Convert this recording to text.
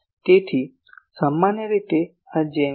તેથી સામાન્ય રીતે આ જેમ છે